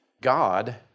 God